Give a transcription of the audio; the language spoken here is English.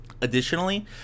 Additionally